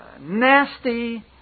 nasty